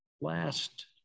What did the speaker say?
last